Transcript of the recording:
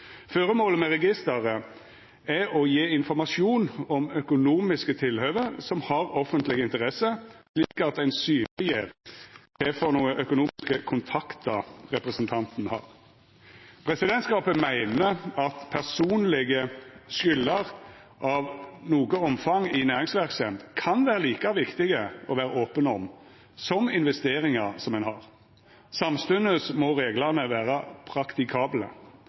Formålet med registeret er å gje informasjon om økonomiske tilhøve som har offentleg interesse, slik at ein synleggjer kva for økonomiske kontaktar representantane har. Presidentskapet meiner at det kan vera like viktig å vera open om personlege skulder av noko omfang i næringsverksemd som om investeringar ein har. Samstundes må reglane vera praktikable.